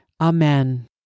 Amen